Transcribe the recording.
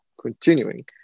continuing